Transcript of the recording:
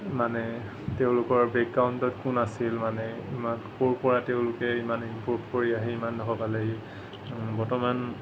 মানে তেওঁলোকৰ বেকগ্ৰাউণ্ডত কোন আছিল মানে ইমান ক'ৰ পৰা তেওঁলোকে ইমান ইমপ্ৰোভ কৰি আহি ইমানখিনি পালেহি বৰ্তমান